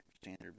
standard